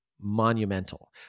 monumental